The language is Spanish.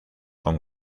con